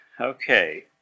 Okay